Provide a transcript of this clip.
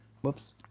Whoops